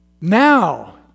Now